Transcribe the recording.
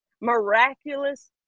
miraculous